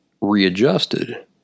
readjusted